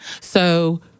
So-